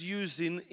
using